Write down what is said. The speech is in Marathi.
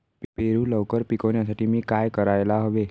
पेरू लवकर पिकवण्यासाठी मी काय करायला हवे?